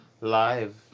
live